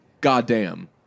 Goddamn